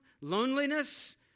Loneliness